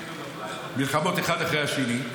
מלחמות אחת אחרי השני,